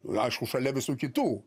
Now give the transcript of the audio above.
aišku šalia visų kitų